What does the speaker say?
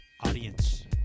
audience